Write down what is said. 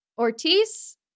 Ortiz